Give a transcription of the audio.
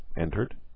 entered